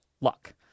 luck